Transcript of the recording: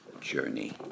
journey